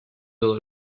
dehors